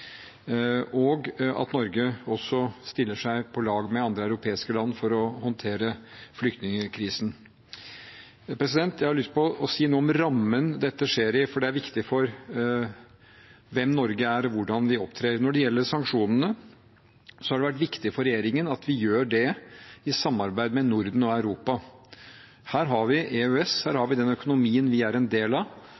og at Norge også stiller på lag med andre europeiske land for å håndtere flyktningkrisen. Jeg har lyst til å si noe om rammen dette skjer i, for det er viktig for hvem Norge er og hvordan vi opptrer. Når det gjelder sanksjonene, har det vært viktig for regjeringen at vi gjør det i samarbeid med Norden og Europa. Her har vi EØS, her har